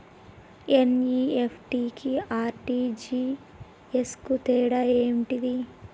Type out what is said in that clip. NEFT కి RTGS కు తేడా ఏంటిది?